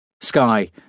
Sky